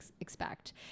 expect